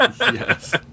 Yes